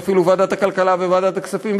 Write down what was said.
ואפילו ועדת הכלכלה וועדת הכספים.